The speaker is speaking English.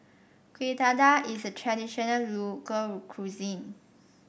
Kueh Dadar is a traditional local cuisine